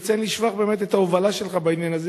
צריך לציין לשבח באמת את ההובלה שלך בעניין הזה,